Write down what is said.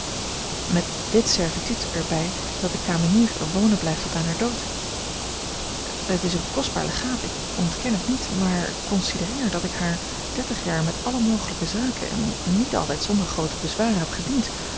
met dit servituut er bij dat de kamenier er wonen blijft tot aan haar dood het is een kostbaar legaat ik ontken het niet maar considereer dat ik haar dertig jaar met alle mogelijke zaken en niet altijd zonder groote bezwaren heb gediend